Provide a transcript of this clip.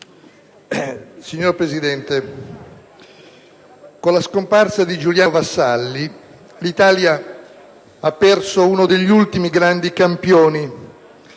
Signor Presidente, con la scomparsa di Giuliano Vassalli l'Italia ha perso uno degli ultimi grandi campioni